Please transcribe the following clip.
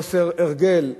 חוסר הרגל,